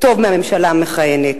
טוב מהממשלה המכהנת.